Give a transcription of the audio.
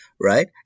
right